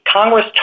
Congress